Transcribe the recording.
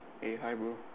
eh hi bro